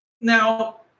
Now